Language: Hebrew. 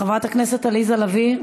חברת הכנסת עליזה לביא,